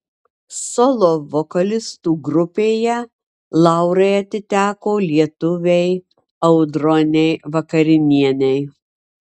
solo vokalistų grupėje laurai atiteko lietuvei audronei vakarinienei